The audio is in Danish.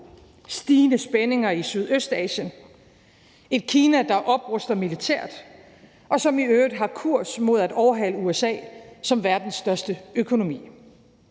stigende spændinger i Sydøstasien, et Kina, der opruster militært, og som i øvrigt har kurs mod at overhale USA som verdens største økonomi,